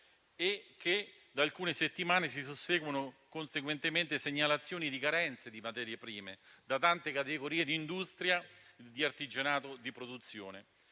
e che da alcune settimane si susseguono conseguentemente segnalazioni di carenze di materie prime da tante categorie di industria, artigianato e produzione;